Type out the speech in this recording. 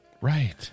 Right